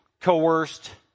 coerced